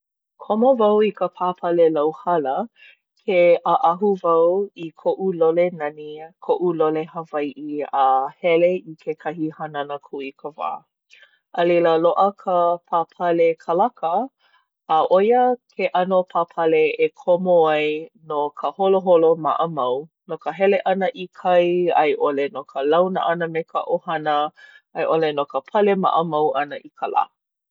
Komo wau i ka pāpale lauhala ke ʻaʻahu wau i koʻu lole nani koʻu lole Hawaiʻi, a hele i kekahi hanana kūikawā. A leila, loaʻa ka pāpale kalaka. A ʻo ia ke ʻano pāpale e komo ai no ka holoholo maʻamau, no ka hele ʻana i kai a i ʻole no ka launa ʻana me ka ʻohana, a i ʻole no ka pale maʻamau ʻana i ka lā.